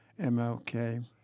MLK